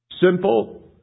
Simple